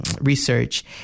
research